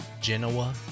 Genoa